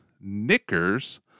knickers